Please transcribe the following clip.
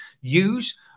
use